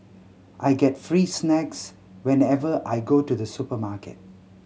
I get free snacks whenever I go to the supermarket